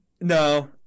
no